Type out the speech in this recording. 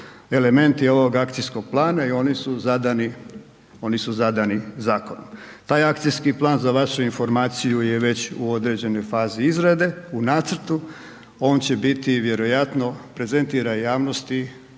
elementi ovog akcijskog plana i oni su zadani zakonom. Taj akcijski plan, za vašu informaciju je već u određenoj fazi izrade, u nacrtu, on će biti vjerojatno prezentiran javnosti